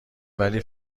ولی